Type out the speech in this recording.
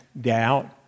doubt